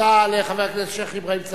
תודה לחבר הכנסת השיח' אברהים צרצור.